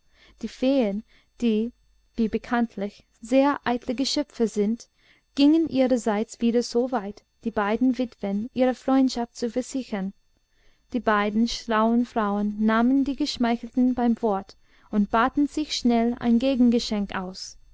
die feen die wie bekanntlich sehr eitle geschöpfe sind gingen ihrerseits wieder so weit die beiden witwen ihrer freundschaft zu versichern die beiden schlauen frauen nahmen die geschmeichelten beim wort und baten sich schnell ein gegengeschenk aus